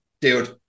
dude